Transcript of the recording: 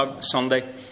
Sunday